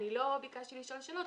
לא ביקשתי לשאול שאלות,